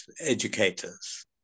educators